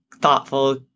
thoughtful